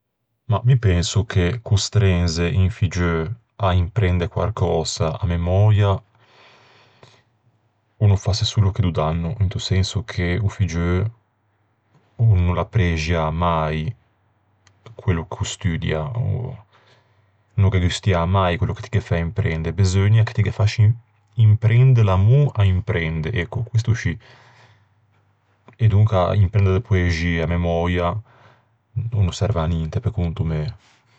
Mah, mi penso che costrenze un figgeu à imprende quarcösa a-a memöia o no fasse solo che do danno. Into senso che o figgeu o no l'apprexià mai quello ch'o studia ò... no ghe gustià mai quello che ti ghe fæ imprende. Beseugna che ti ghe fasci imprende l'amô à imprende, ecco, questo scì. E donca imprende de poexie à memöia o no serve à ninte, pe conto mæ.